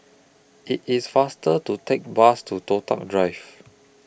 IT IS faster to Take Bus to Toh Tuck Drive